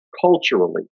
culturally